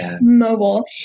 mobile